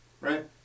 Right